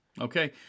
Okay